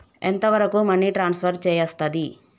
ఎంత వరకు money transfer చేయస్తది?